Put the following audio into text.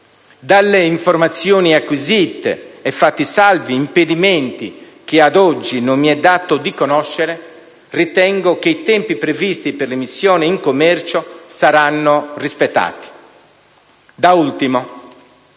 Dalle informazioni acquisite, e fatti salvi impedimenti che ad oggi non mi è dato di conoscere, ritengo che i tempi previsti per l'immissione in commercio saranno rispettati. Da ultimo,